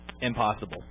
impossible